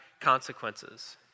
consequences